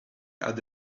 had